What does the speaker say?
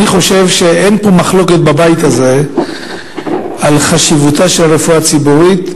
אני חושב שאין פה בבית הזה מחלוקת על חשיבותה של רפואה ציבורית,